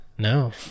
No